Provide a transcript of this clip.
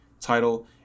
title